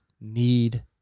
need